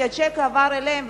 כי השיק עבר אליהם,